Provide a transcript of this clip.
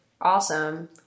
awesome